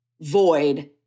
void